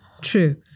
true